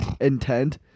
intent